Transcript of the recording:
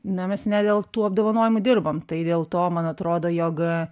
na mes ne dėl tų apdovanojimų dirbam tai dėl to man atrodo jog